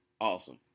awesome